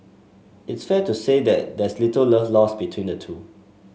it's fair to say that there's little love lost between the two